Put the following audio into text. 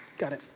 got it.